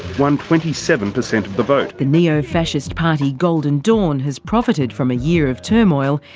won twenty seven percent of the vote. the neofascist party golden dawn has profited from a year of turmoil.